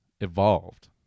evolved